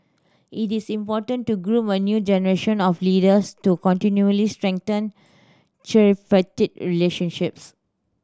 it is important to groom a new generation of leaders to continually strengthen tripartite relationships